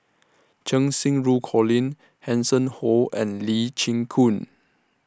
Cheng Xinru Colin Hanson Ho and Lee Chin Koon